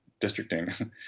districting